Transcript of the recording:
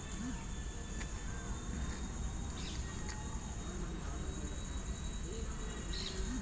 ಕಾನೂನು ಚೌಕಟ್ಟು ಮತ್ತು ಪರಿಕಲ್ಪನೆ ಇ ವಿಮ ಖಾತೆ ಇ.ಐ.ಎ ತೆರೆಯುವಿಕೆ ಎಂದು ಹೇಳಬಹುದು